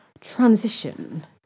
transition